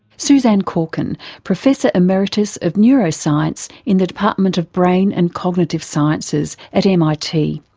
suzanne corkin, professor emeritus of neuroscience in the department of brain and cognitive sciences at mit.